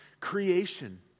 creation